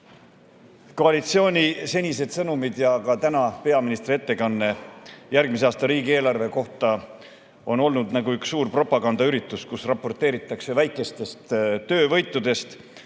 Koalitsiooni senised sõnumid ja ka tänane peaministri ettekanne järgmise aasta riigieelarve kohta on olnud nagu üks suur propagandaüritus, kus raporteeritakse väikestest töövõitudest,